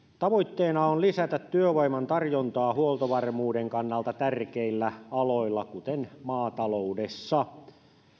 tavoitteena on lisätä työvoiman tarjontaa huoltovarmuuden kannalta tärkeillä aloilla kuten maataloudessa